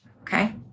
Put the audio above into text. okay